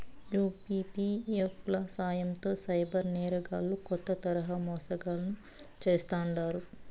UPI app ల సాయంతో cyber నేరగాల్లు కొత్త తరహా మోసాలను చేస్తాండారు